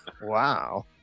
wow